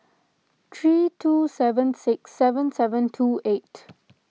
three two seven six seven seven two eight